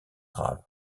grave